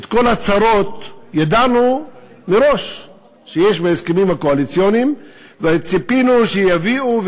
את כל הצרות שהיו בהסכמים הקואליציוניים ידענו מראש וציפינו שיביאו.